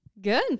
Good